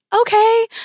Okay